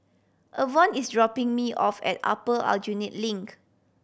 Avon is dropping me off at Upper Aljunied Link